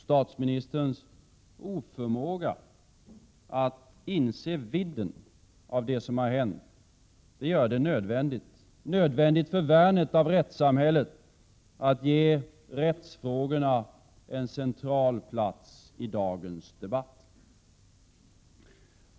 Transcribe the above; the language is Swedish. Statsministerns oförmåga att inse vidden av det som hänt gör det nödvändigt — nödvändigt för värnet av vårt rättssamhälle — att ge rättsfrågorna en central plats i dagens debatt.